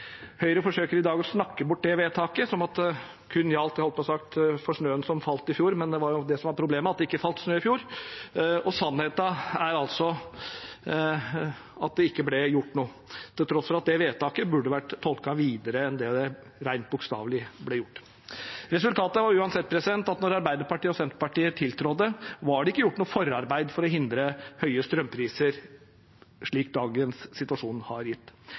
Høyre forsøker i dag å snakke bort det vedtaket som om det kun gjaldt for snøen som falt i fjor, holdt jeg på å si – men det er det som er problemet, at det ikke falt snø i fjor. Sannheten er altså at det ikke ble gjort noe, til tross for at det vedtaket burde vært tolket videre enn det rent bokstavelig ble gjort. Resultatet ble uansett at da Arbeiderpartiet og Senterpartiet tiltrådte, var det ikke gjort noe forarbeid for å hindre høye strømpriser, slik dagens situasjon har gitt.